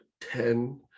Ten